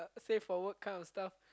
say for word kind of stuff